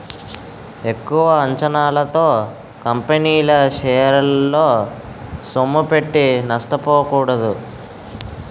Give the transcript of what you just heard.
ఎక్కువ అంచనాలతో కంపెనీల షేరల్లో సొమ్ముపెట్టి నష్టపోకూడదు